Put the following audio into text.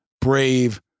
brave